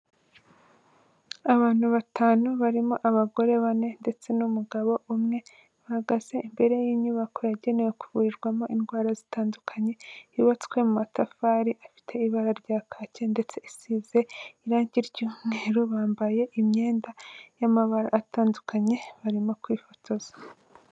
Abantu batanu barimo abagore bane ndetse n'umugabo umwe, bahagaze imbere y'inyubako yagenewe kuvurirwamo indwara zitandukanye, yubatswe mu matafari afite ibara rya kake ndetse isize irangi ry'umweru, bambaye imyenda y'amabara atandukanye barimo kwifotoza.